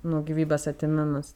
nu gyvybės atėmimas